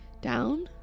Down